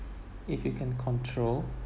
if you can control